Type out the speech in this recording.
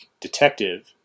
detective